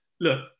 look